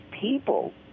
people